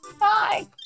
Hi